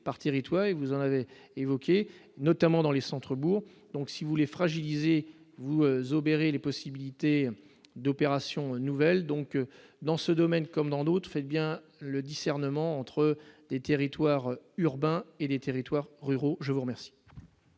Thierry toi et vous en avez évoqué notamment dans les centres bourgs, donc si vous voulez fragiliser vous obérer les possibilités d'opérations nouvelle donc dans ce domaine comme dans d'autres fait bien le discernement entre des territoires urbains et les territoires ruraux, je vous remercie.